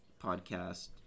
podcast